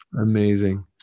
Amazing